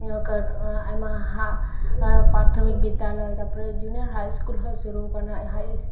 ᱱᱤᱭᱟᱹ ᱠᱟᱨ ᱟᱭᱢᱟ ᱦᱟᱸᱜ ᱯᱟᱨᱛᱷᱚᱢᱤᱠ ᱵᱤᱫᱽᱫᱟᱞᱚᱭ ᱛᱟᱯᱚᱨᱮ ᱡᱩᱱᱤᱭᱟᱨ ᱦᱟᱭ ᱤᱥᱠᱩᱞ ᱦᱚᱸ ᱥᱩᱨᱩᱣ ᱠᱟᱱᱟ ᱦᱟᱭ ᱤᱥᱠᱩᱞ